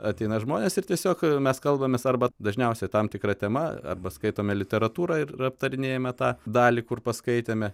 ateina žmonės ir tiesiog mes kalbamės arba dažniausiai tam tikra tema arba skaitome literatūrą ir aptarinėjame tą dalį kur paskaitėme